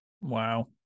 wow